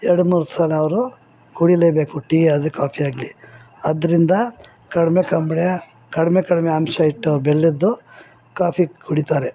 ಎರಡುಮೂರು ಸಲ ಅವರು ಕುಡಿಲೇಬೇಕು ಟೀ ಆಗಲಿ ಕಾಫಿ ಆಗಲಿ ಅದರಿಂದ ಕಡಿಮೆ ಕಡ್ಮೆ ಕಡಿಮೆ ಕಡಿಮೆ ಅಂಶ ಇಟ್ಟು ಬೆಲ್ಲದ್ದು ಕಾಫಿ ಕುಡಿತಾರೆ